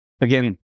again